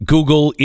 Google